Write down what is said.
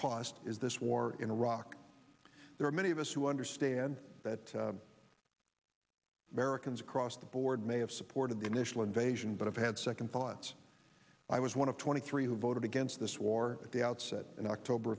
cost is this war in iraq there are many of us who understand that americans across the board may have supported the initial invasion but i've had second thoughts i was one of twenty three who voted against this war at the outset in october